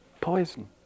poison